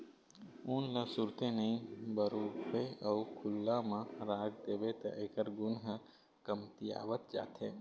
ऊन ल तुरते नइ बउरबे अउ खुल्ला म राख देबे त एखर गुन ह कमतियावत जाथे